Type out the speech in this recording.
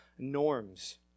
norms